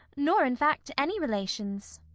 nor, in fact, any relations.